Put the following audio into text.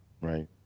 Right